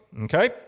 okay